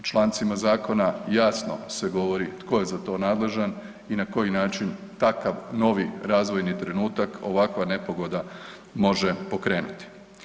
Člancima zakona jasno se govori tko je za to nadležan i na koji način takav novi razvojni trenutak ovakva nepogoda može pokrenuti.